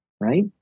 right